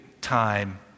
time